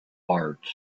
arts